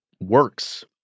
works